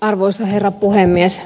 arvoisa herra puhemies